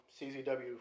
CZW